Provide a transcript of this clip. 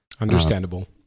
understandable